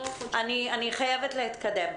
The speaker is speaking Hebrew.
אני חייבת להתקדם.